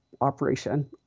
operation